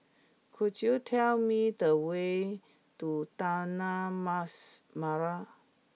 could you tell me the way to Taman Mas Merah